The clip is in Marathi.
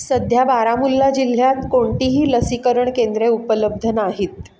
सध्या बारामुल्ला जिल्ह्यात कोणतीही लसीकरण केंद्रे उपलब्ध नाहीत